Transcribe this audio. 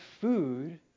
food